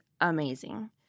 amazing